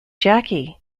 jackie